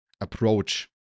approach